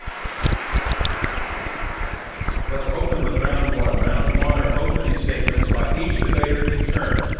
um let's open with round one. round one are opening statements by each debater in turn.